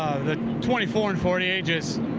the twenty four and forty eight,